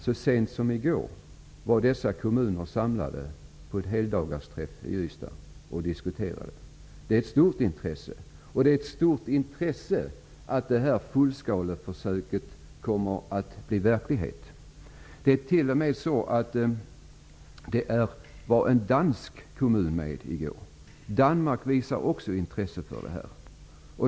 Så sent som i går var de berörda kommunerna samlade på en heldagsträff i Ystad för att diskutera. Det finns ett stort intresse av att det här fullskaleförsöket blir verklighet. T.o.m. en dansk kommun var med i går. Danmark visar också intresse för detta.